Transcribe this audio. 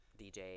DJ